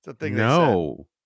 No